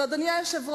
אבל, אדוני היושב-ראש,